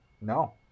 No